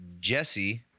Jesse